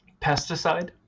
Pesticide